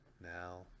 now